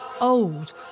old